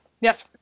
Yes